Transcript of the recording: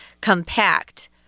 compact